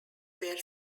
were